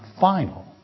final